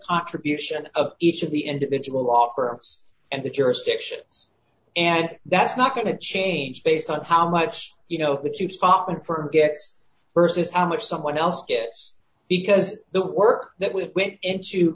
contribution of each of the individual offer us and the jurisdictions and that's not going to change based on how much you know that you spot them for gets versus how much someone else gets because the work that we went into